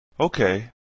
Okay